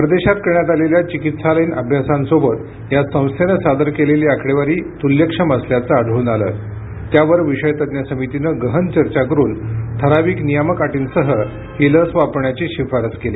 परदेशात करण्यात आलेल्या चिकित्सालयीन अभ्यासांसोबत या संस्थेन सादर केलेली आकडेवारी तुल्यक्षम असल्याचं आढळून आलं त्यावर विषय तज्ञ समितीनं गहन चर्चा करून ठराविक नियामक अटींसह ही लस वापरण्याची शिफारस केली